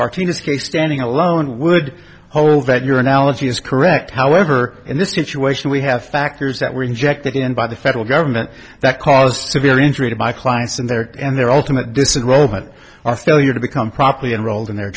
martinez case standing alone would hold that your analogy is correct however in this situation we have factors that were injected in by the federal government that caused severe injury to my clients and their and their alternate disenroll but our failure to become properly enrolled in their